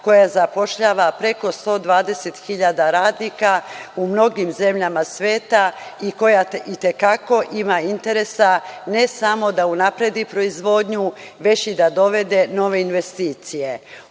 koja zapošljava preko 120.000 radnika u mnogim zemljama sveta i koja itekako ima interesa ne samo da unapredi proizvodnju, već i da dovede nove investicije. Ovo